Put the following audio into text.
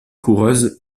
coureuses